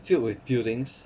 filled with buildings